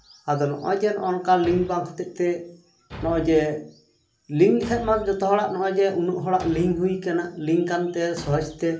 ᱟᱫᱚ ᱱᱚᱜᱼᱚᱭ ᱡᱮ ᱱᱚᱜᱼᱚ ᱱᱚᱝᱠᱟ ᱞᱤᱝᱠ ᱵᱟᱝ ᱦᱚᱛᱮᱡ ᱛᱮ ᱱᱚᱜᱼᱚᱭ ᱡᱮ ᱩᱱᱟᱹᱜ ᱦᱚᱲᱟᱜ ᱞᱤᱝᱠ ᱦᱩᱭ ᱠᱟᱱᱟ ᱞᱤᱝᱠ ᱠᱟᱱᱛᱮ ᱥᱚᱦᱚᱡ ᱛᱮ